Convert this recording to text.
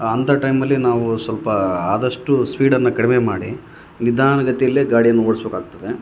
ಅಂಥ ಟೈಮಲ್ಲಿ ನಾವು ಸ್ವಲ್ಪ ಆದಷ್ಟು ಸ್ಪೀಡನ್ನು ಕಡಿಮೆ ಮಾಡಿ ನಿಧಾನಗತಿಯಲ್ಲೇ ಗಾಡಿಯನ್ನು ಓಡಿಸ್ಬೇಕಾಗ್ತದೆ